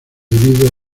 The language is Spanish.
debido